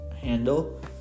handle